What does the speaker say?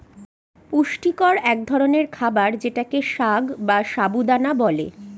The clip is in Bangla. পুষ্টিকর এক ধরনের খাবার যেটাকে সাগ বা সাবু দানা বলে